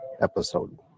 episode